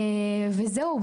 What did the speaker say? וזהו.